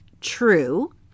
true